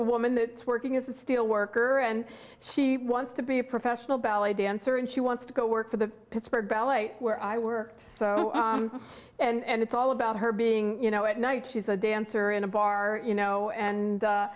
woman that's working as a steel worker and she wants to be a professional ballet dancer and she wants to go work for the pittsburgh ballet where i worked and it's all about her being you know at night she's a dancer in a bar you know and